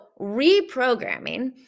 reprogramming